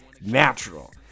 Natural